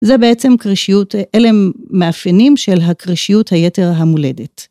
זה בעצם קרישיות, אלה הם מאפיינים של הקרישיות היתר המולדת.